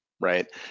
right